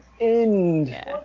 end